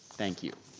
thank you.